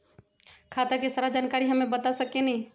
खाता के सारा जानकारी हमे बता सकेनी?